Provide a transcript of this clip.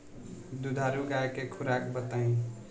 दुधारू गाय के खुराक बताई?